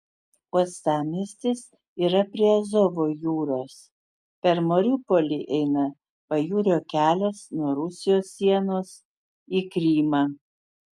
uostamiestis yra prie azovo jūros per mariupolį eina pajūrio kelias nuo rusijos sienos į krymą